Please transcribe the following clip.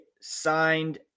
signed